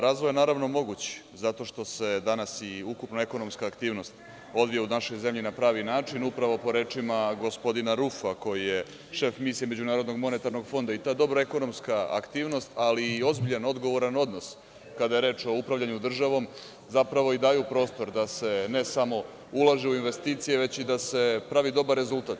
Razvoj je naravno moguć, zato što se danas i ukupna ekonomska aktivnost vodi u našoj zemlji na pravi način, upravo po rečima gospodina Rufa, koji je šef misije Međunarodnog monetarnog fonda, i ta dobra ekonomska aktivnost, ali i ozbiljan odgovoran odnos, kada je reč o upravljanju državom, zapravo daje prostor da se ne samo ulaže u investicije, već i da se pravi dobar rezultat.